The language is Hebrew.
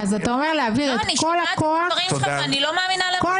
אני לא מאמינה למשמע